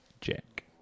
Jack